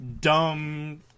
dumb